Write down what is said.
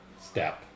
Step